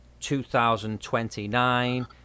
2029